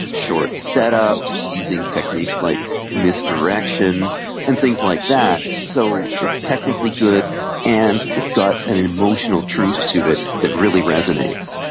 short setups, using techniques like misdirection and things like that. so it's technically good and it's got an emotional truth to it that really resonates.